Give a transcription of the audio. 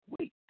wait